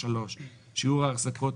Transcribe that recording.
שיעור החזקות